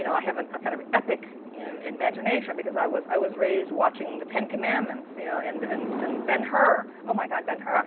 you know i have a kind of epic you know imagination, because i was i was raised watching the ten commandments you know and and and ben-hur. oh my god, ben-hur. ah